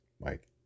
mike